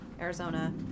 Arizona